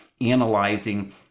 analyzing